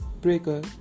Breaker